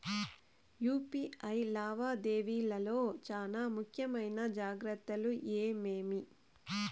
UPI లావాదేవీల లో చానా ముఖ్యమైన జాగ్రత్తలు ఏమేమి?